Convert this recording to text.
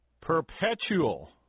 perpetual